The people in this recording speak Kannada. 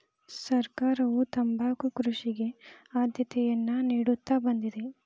ಸರ್ಕಾರವು ತಂಬಾಕು ಕೃಷಿಗೆ ಆದ್ಯತೆಯನ್ನಾ ನಿಡುತ್ತಾ ಬಂದಿದೆ